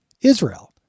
Israel